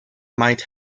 might